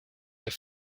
est